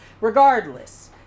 Regardless